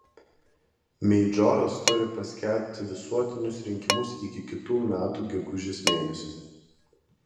meidžoras turi paskelbti visuotinius rinkimus iki kitų metų gegužės mėnesio